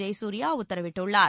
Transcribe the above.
ஜெயசூரியா உத்தரவிட்டுள்ளார்